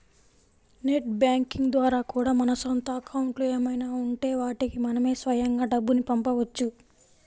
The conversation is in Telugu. నెట్ బ్యాంకింగ్ ద్వారా కూడా మన సొంత అకౌంట్లు ఏమైనా ఉంటే వాటికి మనమే స్వయంగా డబ్బుని పంపవచ్చు